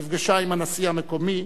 נפגשה עם הנשיא המקומי,